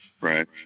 Right